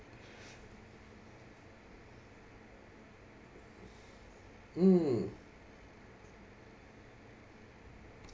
mm